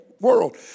world